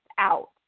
out